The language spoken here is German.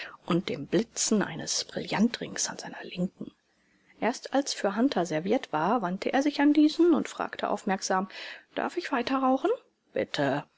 und dem blitzen eines brillantringes an seiner linken erst als für hunter serviert war wandte er sich an diesen und fragte aufmerksam darf ich weiterrauchen bitte